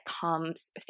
comes